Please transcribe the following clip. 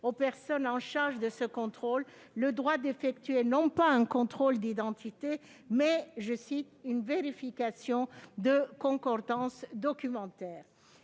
aux personnes chargées de ce contrôle le droit d'effectuer non pas un contrôle d'identité, mais une « vérification de la concordance entre